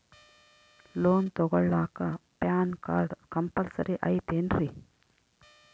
Loan ತೊಗೊಳ್ಳಾಕ PAN card compulsory ಐಯ್ತೇನ್ರಿ?